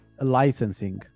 licensing